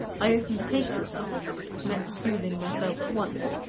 i opened the case this afternoon to commence soothing myself at once.